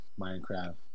Minecraft